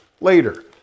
later